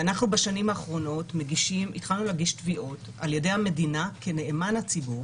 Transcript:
אנחנו בשנים האחרונות התחלנו להגיש תביעות על ידי המדינה כנאמן הציבור